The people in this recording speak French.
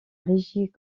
régie